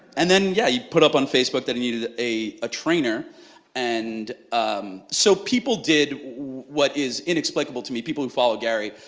and then, yeah he put up on facebook that he needed a ah trainer and um so people did what is inexplicable to me, people who follow gary,